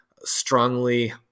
strongly